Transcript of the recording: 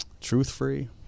truth-free